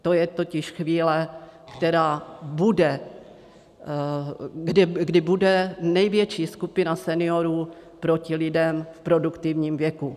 To je totiž chvíle, která bude, kdy bude největší skupina seniorů proti lidem v produktivním věku.